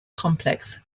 complex